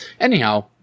Anyhow